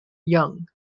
young